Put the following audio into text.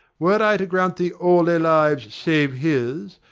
were i to grant thee all their lives save his,